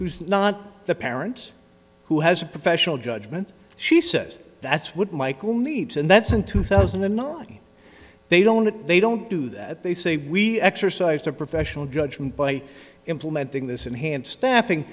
who's not the parent who has a professional judgment she says that's what michael needs and that's in two thousand and nine they don't they don't do that they say we exercised a professional judgment by implementing this in hand staffing